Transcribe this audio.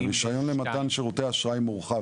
82. רישיון למתן שירותי אשראי מורחב.